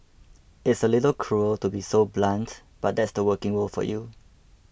it's a little cruel to be so blunt but that's the working world for you